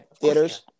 theaters